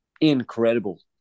incredible